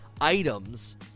items